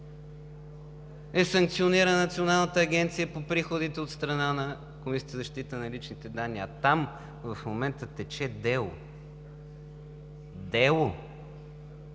е санкционирана Националната агенция за приходите от страна на Комисията за защита на личните данни, а там в момента тече дело.